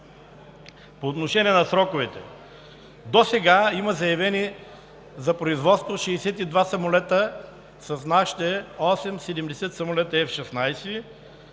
По отношение на сроковете. Досега има заявени за производство 62 самолета, с нашите осем – 70 самолета F-16.